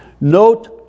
Note